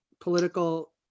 political